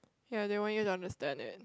ya they want you to understand it